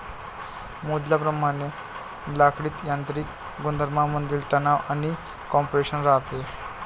मोजल्याप्रमाणे लाकडीत यांत्रिक गुणधर्मांमधील तणाव आणि कॉम्प्रेशन राहते